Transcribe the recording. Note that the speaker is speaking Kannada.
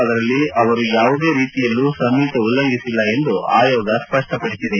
ಅದರಲ್ಲಿ ಅವರು ಯಾವುದೇ ರೀತಿಯಲ್ಲೂ ಸಂಹಿತೆ ಉಲ್ಲಂಘಿಸಿಲ್ಲ ಎಂದು ಆಯೋಗ ಸ್ಪಷ್ಟಪದಿಸಿದೆ